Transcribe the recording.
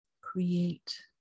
Create